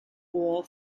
all